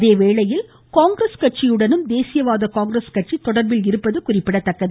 அதேவேளையில் காங்கிரஸ் கட்சியுடனும் தேசியவாத காங்கிரஸ் கட்சி தொடர்பில் இருப்பது குறிப்பிடத்தக்கது